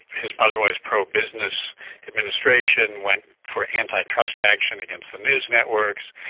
his otherwise pro-business administration went for anti-trust action against the news networks.